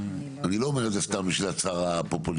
אני לא אומר את זה סתם בשביל הצהרה פופוליסטית.